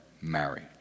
marriage